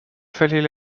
fallait